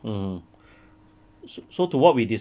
so so